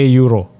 euro